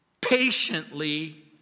patiently